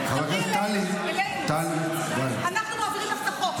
אל תגידי לי לא נכון.